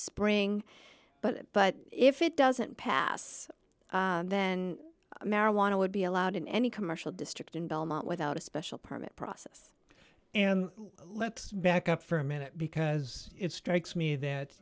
spring but but if it doesn't pass then marijuana would be allowed in any commercial district in belmont without a special permit process and let's back up for a minute because it strikes me that